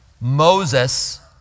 Moses